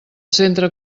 centre